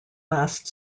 last